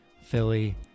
Philly